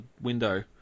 window